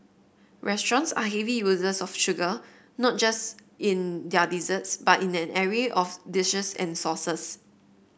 restaurants are heavy users of sugar not just in their disease but in an array of dishes and sauces